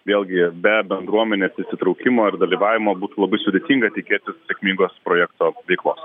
vėlgi be bendruomenės įsitraukimo ir dalyvavimo būtų labai sudėtinga tikėtis sėkmingos projekto veiklos